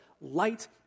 light